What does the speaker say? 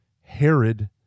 Herod